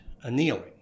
annealing